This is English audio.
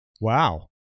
Wow